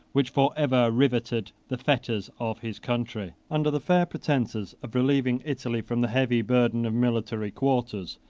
which forever rivetted the fetters of his country. under the fair pretences of relieving italy from the heavy burden of military quarters,